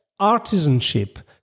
Artisanship